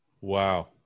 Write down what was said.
Wow